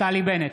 נפתלי בנט,